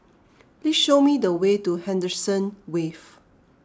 please show me the way to Henderson Wave